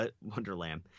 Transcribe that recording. Wonderland